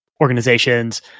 organizations